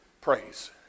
praise